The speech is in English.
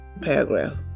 paragraph